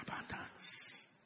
abundance